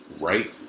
right